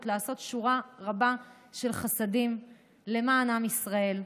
לעשות שורה גדולה של חסדים למען עם ישראל,